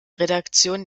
redaktion